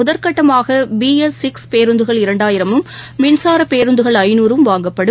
முதற்கட்டமாக B S six பேருந்துகள் இரண்டாயிரமும் மின்சாரபேருந்துகள் ஐநூறும் வாங்கப்படும்